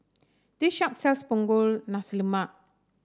this shop sells Punggol Nasi Lemak